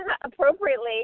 appropriately